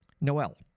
Noel